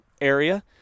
area